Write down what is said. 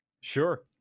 Sure